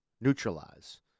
neutralize